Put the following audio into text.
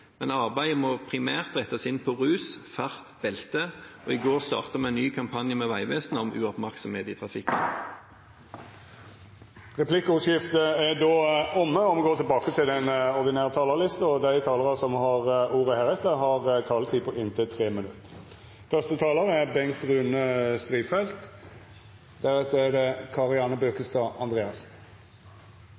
Men arbeidet må primært rettes inn mot rus, fart og belte. I går startet vi en ny kampanje sammen med Vegvesenet om uoppmerksomhet i trafikken. Replikkordskiftet er omme. Dei talarar som heretter får ordet, har ei taletid på inntil 3 minutt. Hovedårsaken til å ha helseattest er